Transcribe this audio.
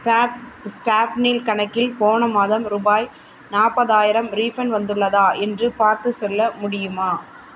stop ஸ்டாப்னீல் கணக்கில் போன மாதம் ரூபாய் நாற்பதாயிரம் ரீஃபண்ட் வந்துள்ளதா என்று பார்த்துச் சொல்ல முடியுமா